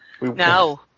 No